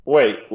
Wait